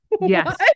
Yes